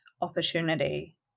opportunity